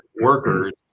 workers